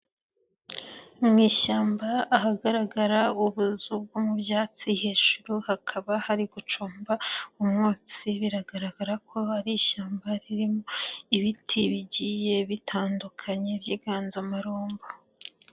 Mu ishyamba ahagaragara ubuzu bwo mu byatsi, hejuru hakaba hari gucumba umwotsi biragaragara ko ari ishyamba ririmo ibiti bigiye bitandukanye by'inganzamarumbo.